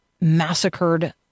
massacred